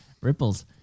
Ripples